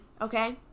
okay